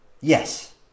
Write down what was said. Yes